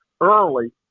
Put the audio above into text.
early